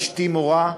אשתי מורה,